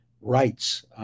rights